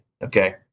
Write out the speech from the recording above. Okay